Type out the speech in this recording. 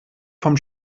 vom